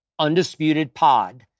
UndisputedPod